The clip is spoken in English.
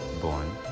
born